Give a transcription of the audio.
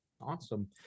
Awesome